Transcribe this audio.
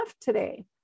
today